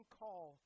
call